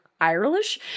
Irish